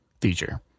feature